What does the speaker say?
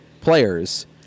players